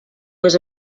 was